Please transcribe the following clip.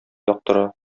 яктыра